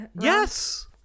Yes